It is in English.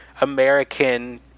American